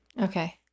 Okay